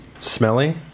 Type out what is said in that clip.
smelly